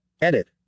Edit